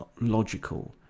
logical